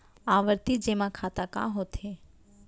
आवर्ती जेमा खाता का होथे?